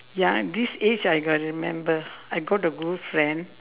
ya at this age I got remember I got a good friend